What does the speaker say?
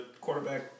quarterback